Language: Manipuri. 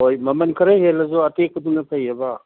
ꯍꯣꯏ ꯃꯃꯜ ꯈꯔ ꯍꯦꯜꯂꯁꯨ ꯑꯇꯦꯛꯄꯗꯨꯅ ꯐꯩ ꯍꯥꯏꯕ